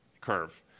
curve